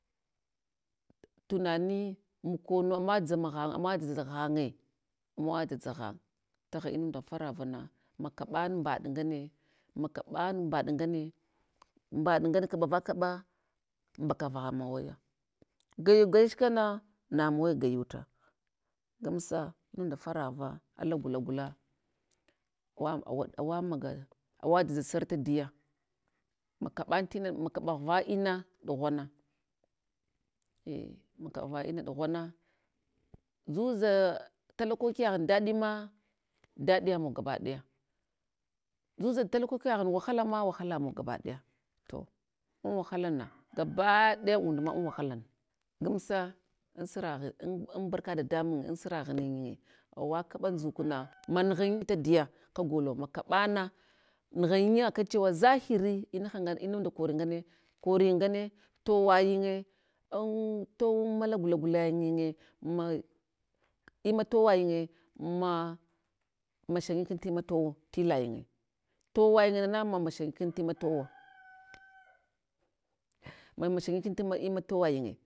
Tunani mukono, amadzama ghan, amawa dzadzathanye, amawa dzadza ghan, taghan inunda faravana, makaɓan mbaɗ ngane makaban mbaɗ ngane, mɓaɗ ngane kaɓava kaɓa mbakava mawaya, gwayugwa yach kana namuwe gwayuta, gamsa inunda farava ala gula gula awa awa maga, awa dzdza suva tadiya, mkaɓan tina, makaɓava ina ɗughana, zuza talakokiyaghun daɗina daɗiya mau gabaɗaya, zuza tala kokiyaghun wahalama, wahalamaw gabaɗaya to an wahalana gabadaya undma an wahala, gamsa ansuraghi an anbarka dadamunye ansuraghiniye, awa kaɓa ndzuk na manighin tadiya kagolo makaɓana, nighin yin akan chewa zahiri inahan'ngan inunda kori nganeya, kori ngane to wayin'nge an towen mala gula gula yayinye, ma imma towayinye ma mashan yital tima towo tilayinye. Towayin nana ma mashan kin tima towo, ma mashanyikun tima towayinye.